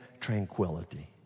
tranquility